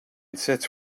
sits